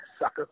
sucker